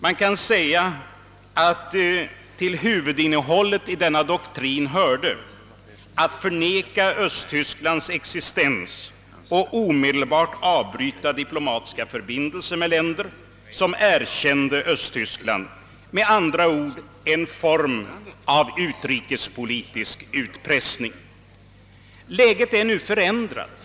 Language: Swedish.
Man kan säga att till huvudinnehållet i denna doktrin hörde att förneka Östtysklands existens och att omedelbart avbryta diplomatiska förbindelser med länder som erkände öÖsttyskland, med andra ord en form av utrikespolitisk utpressning. Läget är nu förändrat.